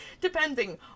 depending